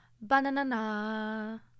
banana